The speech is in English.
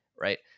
Right